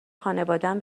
خانوادهام